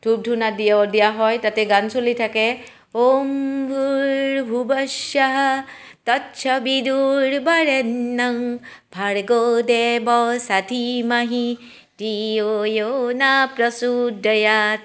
ধূপ ধূনা দিঅ' দিয়া হয় তাতে গান চলি থাকে ঔম ভূৰ ভুবঁঃ স্বঃ তৎস বিডুৰ্বৰেণ্যং ভাৰ্গো দেবস্য ষাঠি মাহি ধিয়ো য়ো নাঃ প্ৰচোদয়াৎ